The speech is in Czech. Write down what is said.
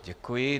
Děkuji.